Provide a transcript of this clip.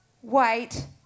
white